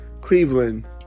Cleveland